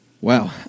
Wow